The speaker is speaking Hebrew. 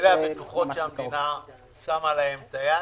אלה הבטוחות שהמדינה שמה את היד